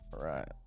right